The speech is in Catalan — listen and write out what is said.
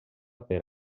per